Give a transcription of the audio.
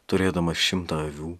turėdamas šimtą avių